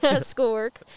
schoolwork